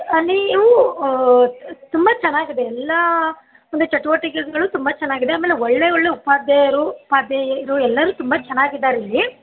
ಅಲ್ಲಿ ಊ ತುಂಬ ಚೆನಾಗಿದೆ ಎಲ್ಲ ಅಂದರೆ ಚಟುವಟಿಕೆಗಳು ತುಂಬ ಚೆನಾಗಿದೆ ಆಮೇಲೆ ಒಳ್ಳೆಯ ಒಳ್ಳೆಯ ಉಪಾಧ್ಯಾಯರು ಉಪಾಧ್ಯಾಯರು ಎಲ್ಲರು ತುಂಬ ಚೆನಾಗಿದಾರ್ ಇಲ್ಲಿ